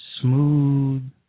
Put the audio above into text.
smooth